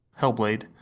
Hellblade